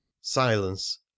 Silence